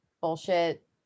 bullshit